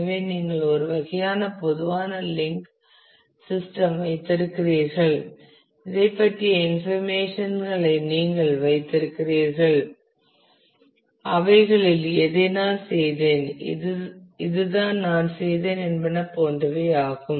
எனவே நீங்கள் ஒரு வகையான பொதுவான லிங்க் சிஸ்டம் வைத்திருக்கிறீர்கள் இதைப் பற்றிய இன்ஃபர்மேஷன் களை நீங்கள் வைத்திருக்கிறீர்கள் அவைகளில் எதை நான் செய்தேன் இதுதான் நான் செய்தேன் என்பன போன்றவை ஆகும்